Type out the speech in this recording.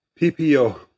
PPO